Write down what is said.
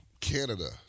Canada